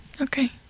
Okay